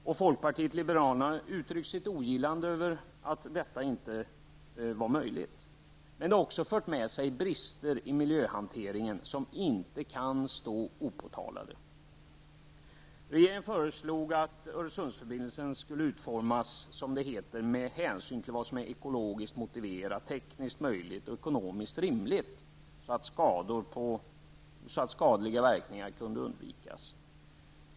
Vi i folkpartiet liberalerna har uttryckt vårt ogillande i det sammanhanget. Vidare har detta också medfört brister i miljöhanteringen som inte kan förbli opåtalade. Regeringen har föreslagit att Öresundsförbindelsen skall utformas, som det heter, med hänsyn till vad som är ekologiskt motiverat, tekniskt möjligt och ekonomiskt rimligt, så att skadliga verkningar kan undvikas.